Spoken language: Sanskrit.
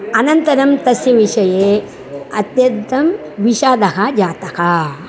अनन्तरं तस्य विषये अत्यन्तं विषादः जातः